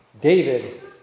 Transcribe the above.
David